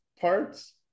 parts